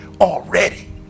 already